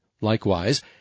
Likewise